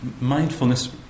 mindfulness